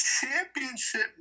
championship